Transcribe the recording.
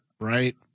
right